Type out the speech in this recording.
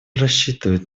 рассчитывают